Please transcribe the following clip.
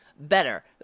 better